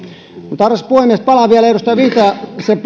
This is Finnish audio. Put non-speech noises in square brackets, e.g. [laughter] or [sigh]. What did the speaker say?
arvoisa puhemies palaan vielä edustaja viitasen [unintelligible]